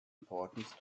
importance